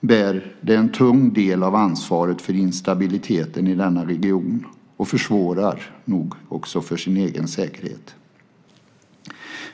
bär de en tung del av ansvaret för instabiliteten i denna region och försvårar nog också för sin egen säkerhet.